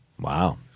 Wow